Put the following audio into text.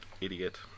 idiot